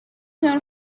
known